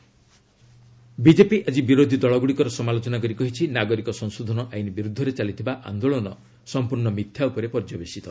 BJP Congress AAP BJP ଆଜି ବିରୋଧୀ ଦଳଗୁଡ଼ିକର ସମାଲୋଚନା କରି କହିଛି ନାଗରିକା ସଂଶୋଧନ ଆଇନ୍ ବିରୁଦ୍ଧରେ ଚାଲିଥିବା ଆନ୍ଦୋଳନ ସମ୍ପର୍ଭ ମିଥ୍ୟା ଉପରେ ପର୍ଯ୍ୟବେଶିତ